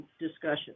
discussion